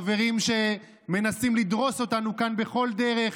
חברים שמנסים לדרוס אותנו כאן בכל דרך.